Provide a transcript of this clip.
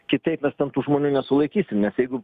kitaip mes ten tų žmonių nesulaikysim nes jeigu